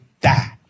die